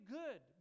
good